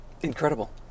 Incredible